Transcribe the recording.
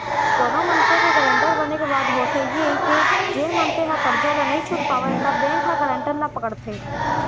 कोनो मनसे के गारंटर बने के बाद होथे ये के जेन मनसे ह करजा ल नइ छूट पावय त बेंक ह गारंटर ल पकड़थे